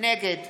נגד